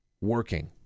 Working